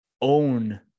own